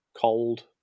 cold